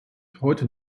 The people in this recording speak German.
heute